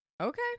Okay